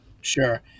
Sure